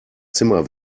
zimmer